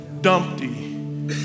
Dumpty